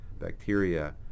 bacteria